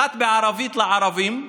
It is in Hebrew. אחת בערבית לערבים,